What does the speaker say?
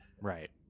right